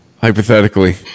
Hypothetically